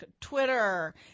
Twitter